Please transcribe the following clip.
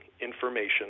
information